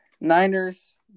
Niners